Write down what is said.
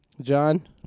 John